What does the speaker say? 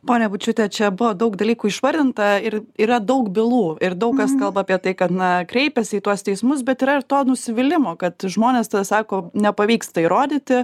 ponia bučiūte čia buvo daug dalykų išvardinta ir yra daug bylų ir daug kas kalba apie tai kad na kreipėsi į tuos teismus bet yra ir to nusivylimo kad žmonės sako nepavyksta įrodyti